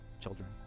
children